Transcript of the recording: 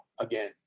again